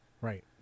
right